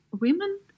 women